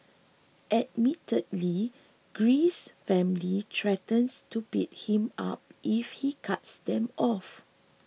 admittedly Greece's family threatens to beat him up if he cuts them off